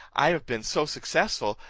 i have been so successful,